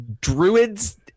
Druids